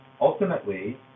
ultimately